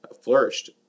flourished